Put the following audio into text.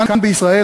כאן בישראל,